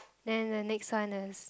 then the next one is